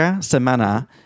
semana